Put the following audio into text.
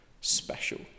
special